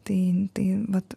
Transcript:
tai tai vat